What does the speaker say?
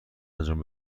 انجام